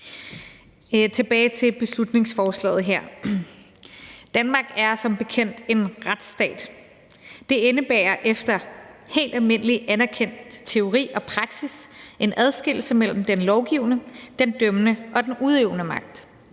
Tilbage til beslutningsforslaget her: Danmark er som bekendt en retsstat. Det indebærer efter helt almindelig anerkendt teori og praksis en adskillelse mellem den lovgivende, den dømmende og den udøvende magt.